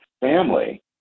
family